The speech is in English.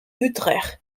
utrecht